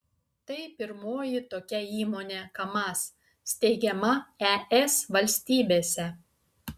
tai pirmoji tokia įmonė kamaz steigiama es valstybėse